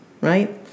right